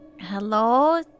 Hello